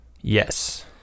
yes